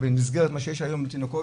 במסגרת מה שיש היום לתינוקות,